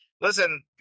Listen